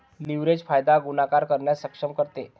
leverage फायदा गुणाकार करण्यास सक्षम करते